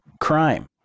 crime